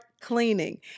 cleaning